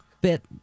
bit